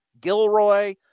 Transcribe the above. Gilroy